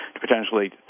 potentially